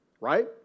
right